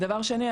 דבר שני,